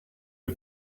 you